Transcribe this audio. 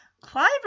Clive